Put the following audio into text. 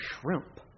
shrimp